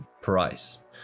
price